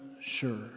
sure